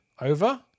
over